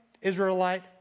Israelite